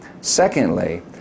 Secondly